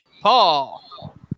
Paul